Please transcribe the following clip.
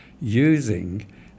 using